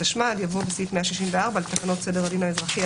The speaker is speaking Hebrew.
התשמ"ד-1984" יבוא "בסעיף 164 לתקנות סדר הדין האזרחי,